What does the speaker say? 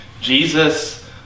Jesus